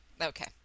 Okay